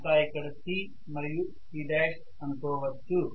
ఇంకా ఇక్కడ C మరియు C' అనుకోవచ్చు